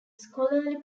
scholarly